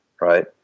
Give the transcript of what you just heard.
right